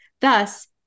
Thus